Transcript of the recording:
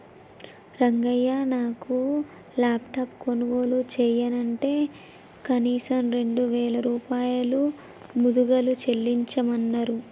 రంగయ్య నాను లాప్టాప్ కొనుగోలు చెయ్యనంటే కనీసం రెండు వేల రూపాయలు ముదుగలు చెల్లించమన్నరు